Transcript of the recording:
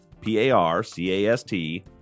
P-A-R-C-A-S-T